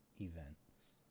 events